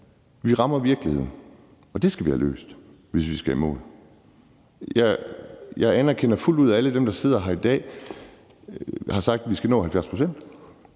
vi rammer virkeligheden, og det skal vi have løst, hvis vi skal i mål. Jeg anerkender fuldt ud, at alle dem, der sidder her i dag, har sagt, at vi skal nå 70